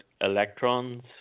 electrons